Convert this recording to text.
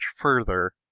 further